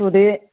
सुदो